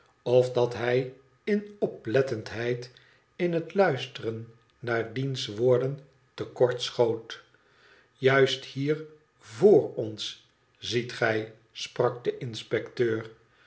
of dat hij in oplettendheid in het luisteren naar diens woorden te kort schoot juist hier vr ons ziet gij sprak de inspecteur